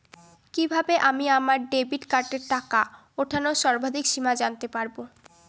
কিভাবে আমি আমার ডেবিট কার্ডের টাকা ওঠানোর সর্বাধিক সীমা জানতে পারব?